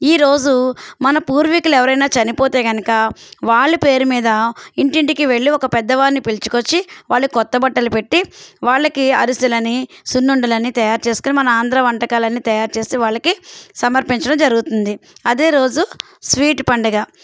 ఈరోజు మన పూర్వీకులు ఎవరైనా చనిపోతే కనుక వాళ్ళు పేరు మీద ఇంటింటికి వెళ్ళి ఒక పెద్ద వారిని పిలుచుకొచ్చి వాళ్ళు క్రొత్త బట్టలు పెట్టి వాళ్ళకి అరిసెలు అని సున్నుండలు అని తయారు చేసుకొని మన ఆంద్రా వంటకాలన్నీ తయారు చేసి వాళ్ళకి సమర్పించడం జరుగుతుంది అదే రోజు స్వీట్ పండగ